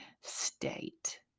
state